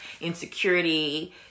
insecurity